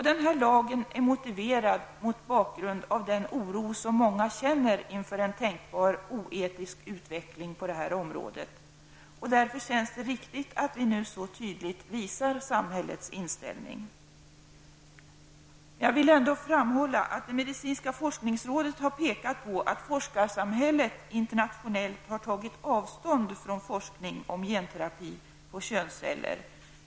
Denna lag är motiverad mot bakgrund av den oro som många känner inför en tänkbar oetisk utveckling på det här området. Därför känns det riktigt att vi nu så tydligt visar samhällets inställning. Jag vill framhålla att det medicinska forskningsrådet har påpekat att forskarsamhället internationellt har tagit avstånd från forskning om genterapi på könsceller.